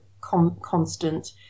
constant